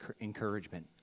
encouragement